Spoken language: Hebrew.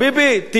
תמחק.